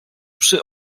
przy